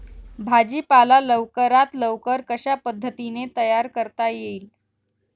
भाजी पाला लवकरात लवकर कशा पद्धतीने तयार करता येईल?